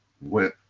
went